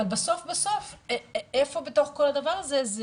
אבל בסוף בסוף, איפה בתוך כל הדבר הזה זה